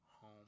home